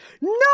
No